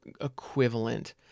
equivalent